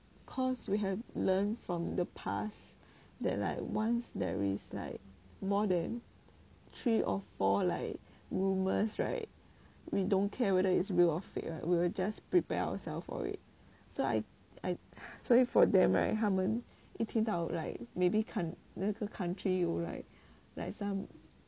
cause we have learnt from the past that like once there is like more than three or four like rumours right we don't care whether is real or fake right we will just prepare ourselves for it 所以 for them right 他们一听到 like maybe 那个 country 有 like some